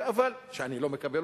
שאני לא מקבל.